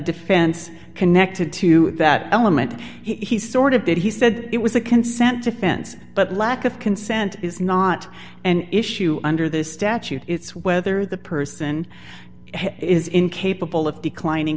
defense connected to that element he sort of did he said it was a consent defense but lack of consent is not an issue under this statute it's whether the person is incapable of declining